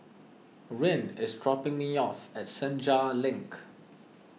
Ryne is dropping me off at Senja Link